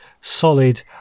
solid